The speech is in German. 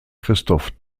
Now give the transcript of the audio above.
christoph